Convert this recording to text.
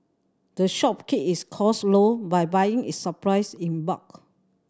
the shop keep its costs low by buying its supplies in bulk